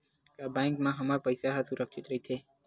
का बैंक म हमर पईसा ह सुरक्षित राइथे?